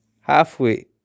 halfway